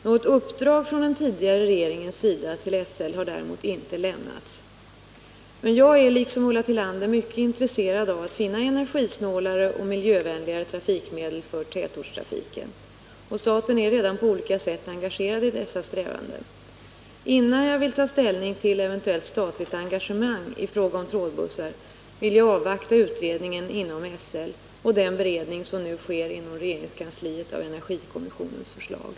Något uppdrag har däremot inte lämnats till SL från den tidigare regeringen. Men jag är, liksom Ulla Tillander, mycket intresserad av att finna energisnålare och miljövänligare trafikmedel för tätortstrafiken, och staten är redan på olika sätt engagerad i dessa strävanden. Innan jag vill ta ställning till eventuellt statligt engagemang i fråga om trådbussar vill jag avvakta utredningen inom SL och den beredning av energikommissionens förslag som nu sker inom regeringskansliet.